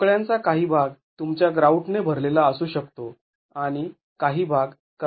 पोकळ्यांचा काही भाग तुमच्या ग्राउट ने भरलेला असू शकतो आणि काही भाग कदाचित असू शकत नाही